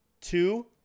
Two